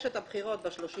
יש את הבחירות ב-30